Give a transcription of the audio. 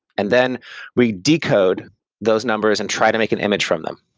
and then we decode those numbers and try to make an image from them.